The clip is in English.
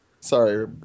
Sorry